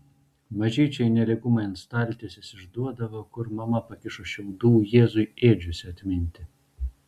mažyčiai nelygumai ant staltiesės išduodavo kur mama pakišo šiaudų jėzui ėdžiose atminti